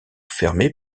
fermés